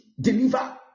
deliver